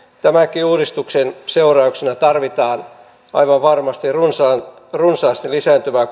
tämänkin uudistuksen seurauksena tarvitaan aivan varmasti runsaasti runsaasti lisääntyvää